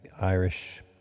Irish